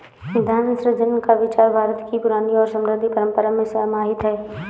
धन सृजन का विचार भारत की पुरानी और समृद्ध परम्परा में समाहित है